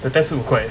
the test 是五块